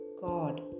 God